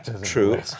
True